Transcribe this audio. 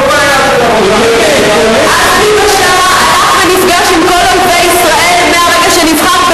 עזמי בשארה הלך ונפגש עם כל אויבי ישראל מהרגע שנבחר,